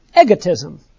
Egotism